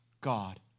God